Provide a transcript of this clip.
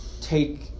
take